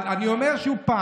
אבל אני אומר שוב,